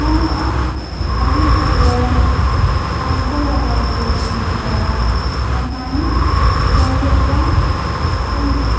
ᱧᱟᱢᱚᱜᱼᱟ ᱟᱵᱤᱱ ᱟᱜᱟᱨ ᱯᱟᱱᱥᱚ ᱣᱟᱞᱟ ᱵᱩᱠ ᱵᱮᱱ ᱦᱟᱛᱟᱣ ᱤᱱᱟᱹ ᱠᱷᱟᱱ ᱯᱟᱪᱟᱥ ᱨᱩᱯᱤᱭᱟ ᱠᱚᱢᱚᱜᱼᱟ